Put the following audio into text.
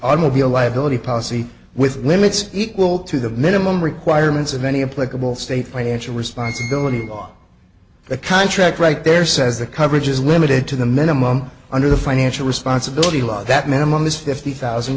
automobile liability policy with limits equal to the minimum requirements of any a political statement into responsibility law the contract right there says the coverage is limited to the minimum under the financial responsibility law that minimum is fifty thousand